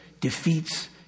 defeats